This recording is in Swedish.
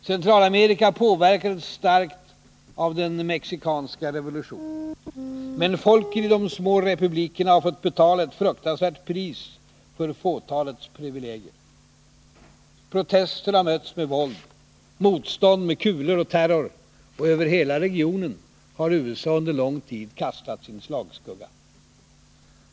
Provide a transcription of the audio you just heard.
Centralamerika påverkades starkt av den mexikanska revolutionen. Men folken i de små republikerna har fått betala ett fruktansvärt pris för fåtalets privilegier. Protester har mötts med våld, motstånd med kulor och terror. Och över hela regionen har USA under lång tid kastat sin slagskugga.